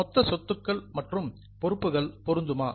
மொத்த சொத்துக்கள் மற்றும் பொறுப்புகள் பொருந்துமா